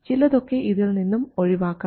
ചിലതൊക്കെ ഇതിൽ നിന്നും ഒഴിവാക്കാം